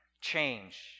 change